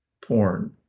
porn